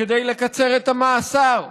כדי לקצר את המאסר,